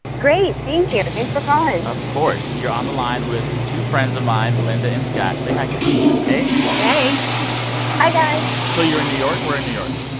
great, thank yeah you. thanks for calling of course. you're on the line with two friends of mine, linda and scott. say hi, guys hey hey hi, guys so you're in new york. where in new york?